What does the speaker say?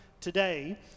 today